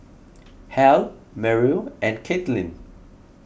Hal Meryl and Kaitlyn